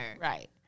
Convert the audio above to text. Right